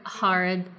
hard